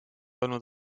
olnud